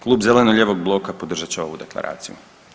Klub Zeleno-lijevog bloka podržat će ovu deklaraciju.